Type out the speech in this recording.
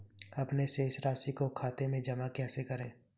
अपने शेष राशि को खाते में जमा कैसे करें?